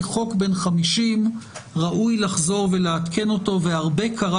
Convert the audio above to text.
חוק בן 50 ראוי לחזור ולעדכן אותו והרבה קרה